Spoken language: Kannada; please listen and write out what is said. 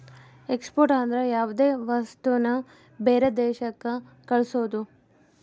ಎಕ್ಸ್ಪೋರ್ಟ್ ಅಂದ್ರ ಯಾವ್ದೇ ವಸ್ತುನ ಬೇರೆ ದೇಶಕ್ ಕಳ್ಸೋದು